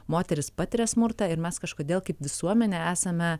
moteris patiria smurtą ir mes kažkodėl kaip visuomenė esame